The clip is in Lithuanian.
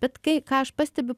bet kai ką aš pastebiu